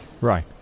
Right